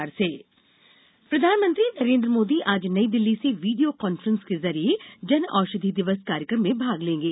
PM Janaushadhi प्रधानमंत्री नरेन्द्र मोदी आज नईदिल्ली से वीडियों कान्फ्रेंस के जरिए जन औषधी दिवस कार्यक्रम में भाग लेंगे